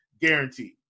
Guaranteed